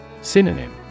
Synonym